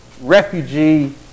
refugee